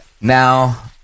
Now